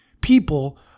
people